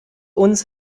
uns